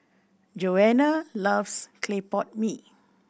Joana loves clay pot mee